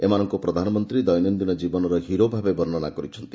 ଏମାନଙ୍କୁ ପ୍ରଧାନମନ୍ତୀ ଦୈନନିନ ଜୀବନର ହିରୋ ଭାବେ ବର୍ଶ୍ୱନା କରିଛନ୍ତି